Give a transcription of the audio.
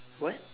what